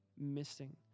missing